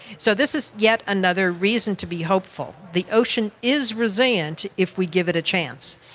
so this is yet another reason to be hopeful. the ocean is resilient if we give it a chance.